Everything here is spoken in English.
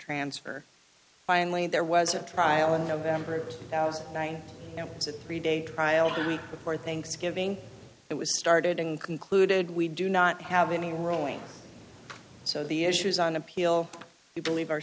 transfer finally there was a trial in november two thousand and nine to read a trial to be before thanksgiving it was started and concluded we do not have any ruling so the issues on appeal we believe are